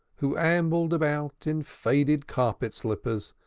who ambled about in faded carpet slippers,